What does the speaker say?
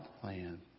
plan